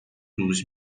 روز